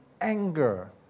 anger